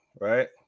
right